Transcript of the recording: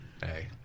Hey